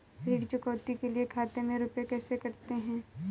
ऋण चुकौती के लिए खाते से रुपये कैसे कटते हैं?